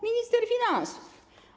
Minister finansów.